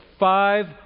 five